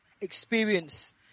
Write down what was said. experience